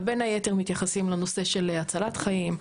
בין היתר מתייחסים לנושא של הצלת חיים,